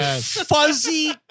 fuzzy